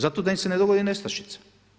Zato da im se ne dogodi nestašica.